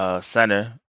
center